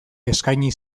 eskaini